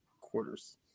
quarters